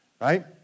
right